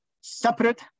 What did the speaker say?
separate